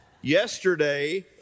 Yesterday